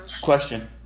Question